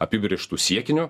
apibrėžtu siekiniu